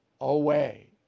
away